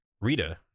Rita